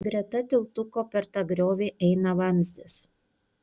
greta tiltuko per tą griovį eina vamzdis